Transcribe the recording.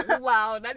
Wow